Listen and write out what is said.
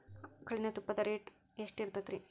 ಆಕಳಿನ ತುಪ್ಪದ ರೇಟ್ ಎಷ್ಟು ಇರತೇತಿ ರಿ?